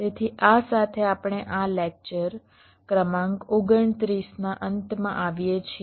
તેથી આ સાથે આપણે આ લેક્ચર ક્રમાંક 29 ના અંતમાં આવીએ છીએ